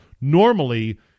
Normally